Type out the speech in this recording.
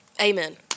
amen